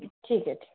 ठीक आहे ठीक